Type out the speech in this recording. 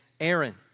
Aaron